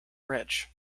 rich